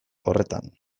horretan